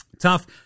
tough